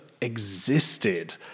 existed